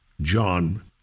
John